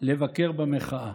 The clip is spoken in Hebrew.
לבקר במחאה.